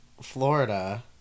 Florida